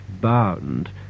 bound